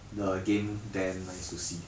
the game then nice to see